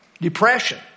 Depression